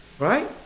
Right